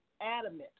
adamant